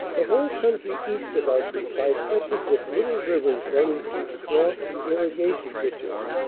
the whole country east of us is bisected with little rivers running through swamps and irrigation ditches.